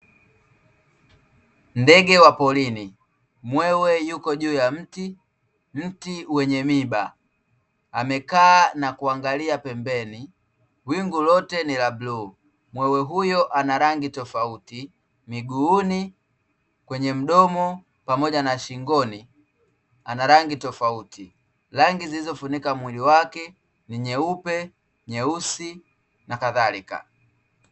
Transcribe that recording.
Ndege wa porini. Mwewe yuko juu ya mti, mti wenye miiba. Amekaa na kuangalia pembeni. Wingu lote ni la bluu, mwewe huyo ana rangi tofauti; miguuni, kwenye mdomo, pamoja na shingoni ana rangi tofauti. Rangi zilizofunika mwili wake ni: nyeupe, nyeusi na kadhalika.